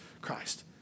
Christ